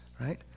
right